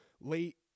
late